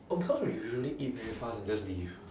oh because we usually eat very fast and just leave